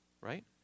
right